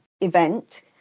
event